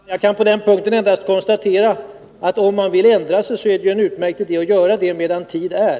Herr talman! Jag kan på den punkten endast konstatera att om man vill ändra sig, så är det en utmärkt idé att göra det medan tid är.